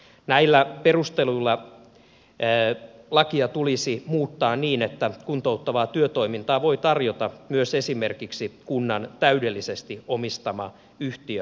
näillä perusteluilla lakia tulisi muuttaa niin että kuntouttavaa työtoimintaa voi tarjota myös esimerkiksi kunnan täydellisesti omistama yhtiö